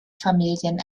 familien